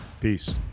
Peace